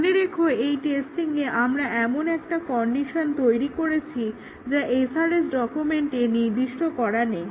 মনে রেখো এই টেস্টিংয়ে আমরা এমন একটা কন্ডিশন তৈরি করেছি যা SRS ডকুমেন্টে নির্দিষ্ট করা নেই